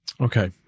Okay